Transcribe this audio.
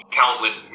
countless